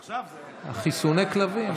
עכשיו זה, חיסוני הכלבים.